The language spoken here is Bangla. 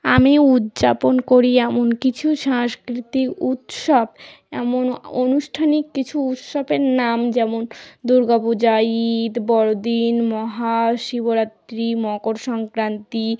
আমি উদযাপন করি এমন কিছু সাংস্কৃতিক উৎসব এমন অনুষ্ঠানিক কিছু উৎসবের নাম যেমন দুর্গা পূজা ঈদ বড়দিন মহাশিবরাত্রি মকর সংক্রান্তি